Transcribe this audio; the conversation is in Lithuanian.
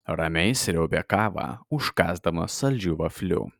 ramiai sriaubė kavą užkąsdamas saldžiu vafliu